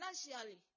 financially